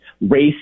race